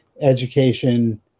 education